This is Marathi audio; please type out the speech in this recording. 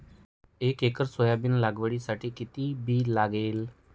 एक एकर सोयाबीन लागवडीसाठी किती बी लागेल?